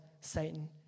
Satan